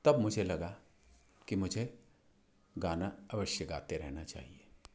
तब मुझे लगा कि मुझे गाना अवश्य गाते रहना चाहिए